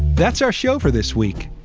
that's our show for this week.